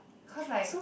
cause like